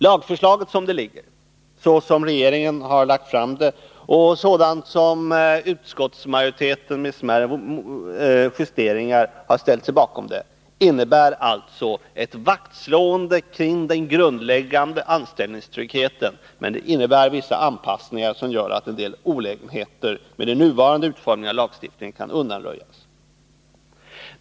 Lagförslaget innebär, som regeringen har lagt fram det och som utskottsmajoriteten med smärre justeringar har ställt sig bakom det, ett vaktslående kring den grundläggande anställningstryggheten, med vissa anpassningar som gör att en del olägenheter med den nuvarande utformningen av lagstiftningen kan undanröjas.